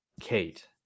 Kate